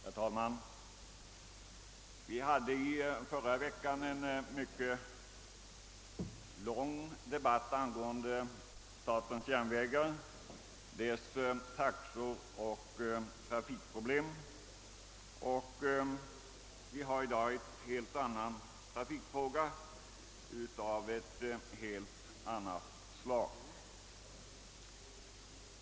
Herr talman! Vi hade i förra veckan en mycket lång debatt om statens järnvägars taxor och trafikproblem. I dag behandlar vi en trafikfråga av helt annat slag.